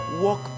walk